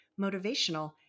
motivational